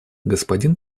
господин